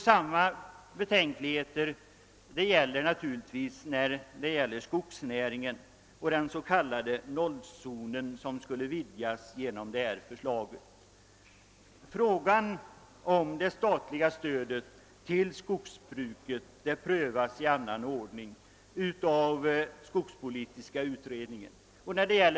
Samma betänkligheter gäller naturligtvis skogsnäringen, vars s.k. noll-zon enl. reservanterna vidgas om förslaget genomförs. Frågan om det statliga stödet till skogsbruket prövas i annan ordning av skogs politiska utredningen.